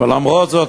ולמרות זאת,